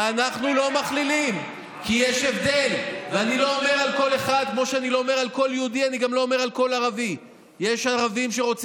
אנחנו לא מכלילים, כי יש הבדל, אתה מעניש אותם.